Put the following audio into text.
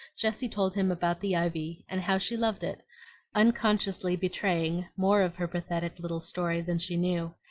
jessie told him about the ivy, and how she loved it unconsciously betraying more of her pathetic little story than she knew,